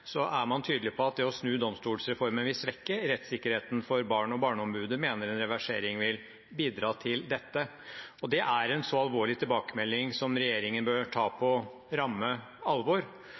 er man tydelig på at å snu domstolsreformen vil svekke rettssikkerheten for barn, og Barneombudet mener at en reversering vil bidra til dette. Det er en alvorlig tilbakemelding som regjeringen bør ta på ramme alvor.